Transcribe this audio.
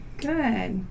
Good